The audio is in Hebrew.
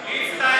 תשב, בבקשה.